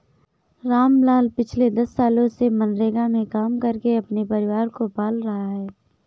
रामलाल पिछले दस सालों से मनरेगा में काम करके अपने परिवार को पाल रहा है